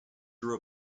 drew